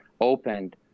opened